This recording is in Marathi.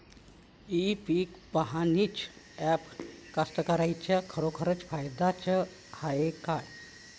इ पीक पहानीचं ॲप कास्तकाराइच्या खरोखर फायद्याचं हाये का?